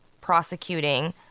prosecuting